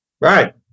right